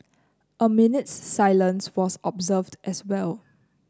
a minute's silence was observed as well